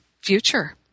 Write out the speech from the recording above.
future